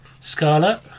Scarlet